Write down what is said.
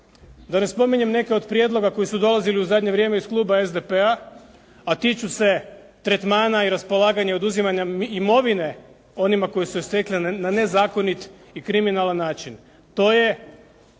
Da ne spominjem neke od prijedloga koji su dolazili u zadnje vrijeme iz kluba SDP-a, a tiču se tretmana i raspolaganja i oduzimanja imovine onima koji su je stekli na nezakonit i kriminalan način. To je